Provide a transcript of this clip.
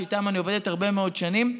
שאיתם אני עובדת הרבה מאוד שנים,